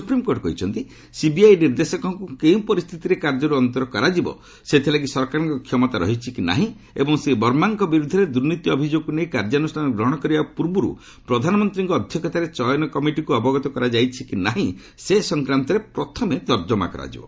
supreme court କହିଛନ୍ତି CBI ନିର୍ଦ୍ଦେଶକଙ୍କୁ କେଉଁ ପରିସ୍ଥିତିରେ କାର୍ଯ୍ୟରୁ ଅନ୍ତର କରାଯିବ ସେଥିଲାଗି ସରକାରଙ୍କ କ୍ଷମତା ରହିଛି କି ନାହିଁ ଏବଂ ଶ୍ରୀ ବର୍ମାଙ୍କ ବିରୁଦ୍ଧରେ ଦୁର୍ନୀତି ଅଭିଯୋଗକୁ ନେଇ କାର୍ଯ୍ୟାନୁଷ୍ଠାନ ଗ୍ରହଣ କରିବା ପୂର୍ବରୁ ପ୍ରଧାନମନ୍ତ୍ରୀଙ୍କ ଅଧ୍ୟକ୍ଷତାରେ ଚୟନ କମିଟିକୁ ଅବଗତ କରାଯାଇଛି କି ନାହିଁ ସେ ସଂକ୍ରାନ୍ତରେ ପ୍ରଥମେ ତର୍କମା କରାଯିବ